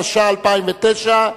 התש"ע 2010,